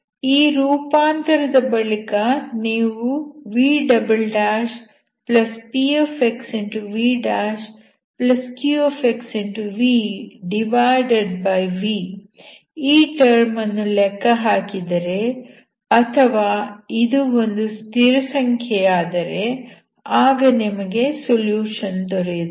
ಈ ರೂಪಾಂತರದ ಬಳಿಕ ನೀವು vpxvqvv ಈ ಟರ್ಮ್ ಅನ್ನು ಲೆಕ್ಕ ಹಾಕಿದರೆ ಅಥವಾ ಇದು ಒಂದು ಸ್ಥಿರಸಂಖ್ಯೆಯಾದರೆ ಆಗ ನಿಮಗೆ ಸೊಲ್ಯೂಷನ್ ದೊರೆಯುತ್ತದೆ